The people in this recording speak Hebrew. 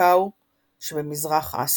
ומקאו שבמזרח אסיה.